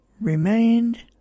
remained